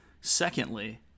Secondly